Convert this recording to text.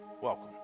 welcome